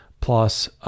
plus